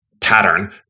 pattern